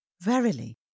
Verily